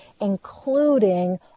including